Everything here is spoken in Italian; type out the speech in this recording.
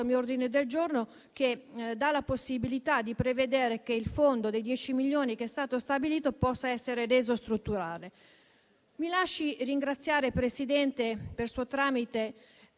mio ordine del giorno, che dà la possibilità di prevedere che il fondo dei 10 milioni che è stato stabilito possa essere reso strutturale. Mi lasci ringraziare, signora Presidente, per suo tramite,